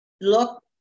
look